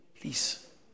please